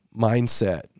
mindset